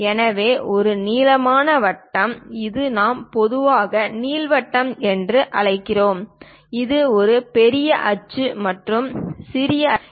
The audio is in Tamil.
இது ஒரு நீளமான வட்டம் இது நாம் பொதுவாக நீள்வட்டம் என்று அழைக்கிறோம் இது ஒரு பெரிய அச்சு மற்றும் சிறிய அச்சு கொண்டது